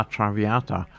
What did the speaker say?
Traviata